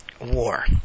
war